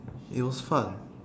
it was fun